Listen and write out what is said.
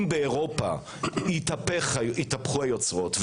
אם באירופה יתהפכו היוצרות,